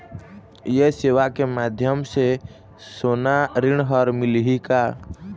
ये सेवा के माध्यम से सोना ऋण हर मिलही का?